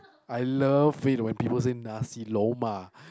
I love it when people say nasi-lemak